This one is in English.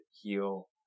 heal